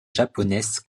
japonaise